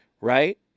Right